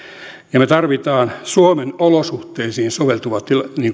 ja me tarvitsemme suomen olosuhteisiin soveltuvan